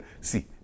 See